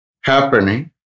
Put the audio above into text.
happening